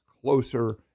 closer